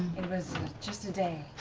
it was just a day.